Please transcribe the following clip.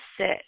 sit